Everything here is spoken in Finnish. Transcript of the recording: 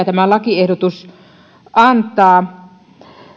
tämä lakiehdotus antaa